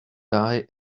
die